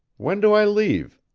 when do i leave?